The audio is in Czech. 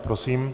Prosím.